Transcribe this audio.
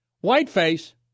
Whiteface